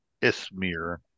Ismir